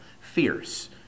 fierce